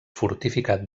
fortificat